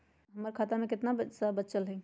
हमर खाता में केतना पैसा बचल हई?